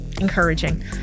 Encouraging